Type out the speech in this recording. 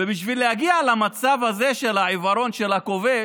ובשביל להגיע למצב הזה של העיוורון של הכובש,